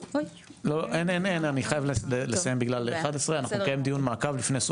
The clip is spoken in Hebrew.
אני חייב לסיים את הדיון הזה לפני השעה 11:00,